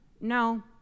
No